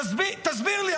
תסביר לי,